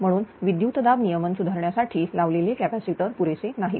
म्हणून विद्युत दाब नियमन सुधारण्यासाठी लावलेले कॅपॅसिटर पुरेसे नाहीत